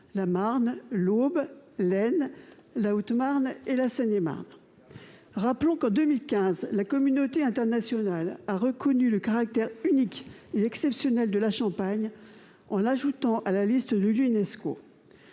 la Marne, l'Aube, l'Aisne, la Haute-Marne et la Seine-et-Marne. Rappelons qu'en 2015 la communauté internationale a reconnu le caractère unique et exceptionnel de la Champagne, en l'ajoutant à la liste de l'Unesco.